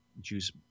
juice